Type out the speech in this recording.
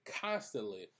constantly